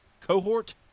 cohort